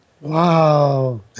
Wow